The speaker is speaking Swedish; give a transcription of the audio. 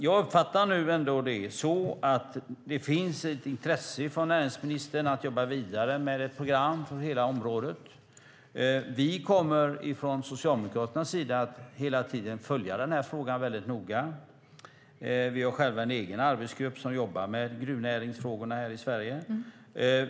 Jag uppfattar det så att det finns ett intresse från näringsministern att jobba vidare med ett program för hela området. Från Socialdemokraternas sida kommer vi hela tiden att följa frågan noga. Vi har själva en egen arbetsgrupp som jobbar med gruvnäringsfrågorna i Sverige.